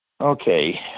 okay